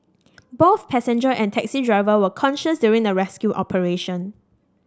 both passenger and taxi driver were conscious during the rescue operation